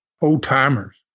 old-timers